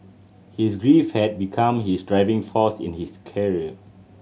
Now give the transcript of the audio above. his grief had become his driving force in his career